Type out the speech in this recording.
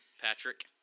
Patrick